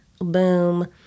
boom